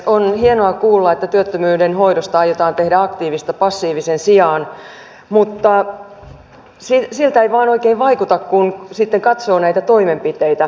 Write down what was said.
on hienoa kuulla että työttömyyden hoidosta aiotaan tehdä aktiivista passiivisen sijaan mutta siltä ei vain oikein vaikuta kun sitten katsoo näitä toimenpiteitä